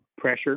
pressure